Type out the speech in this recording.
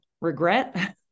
regret